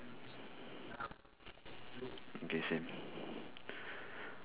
okay same